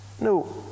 no